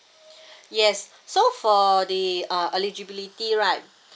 yes so for the uh eligibility right